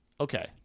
Okay